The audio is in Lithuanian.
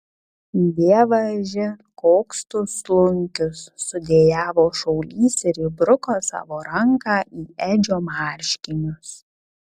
dievaži koks tu slunkius sudejavo šaulys ir įbruko savo ranką į edžio marškinius